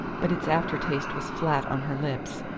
but its aftertaste was flat on her lips.